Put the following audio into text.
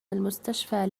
المستشفى